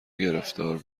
گرفتار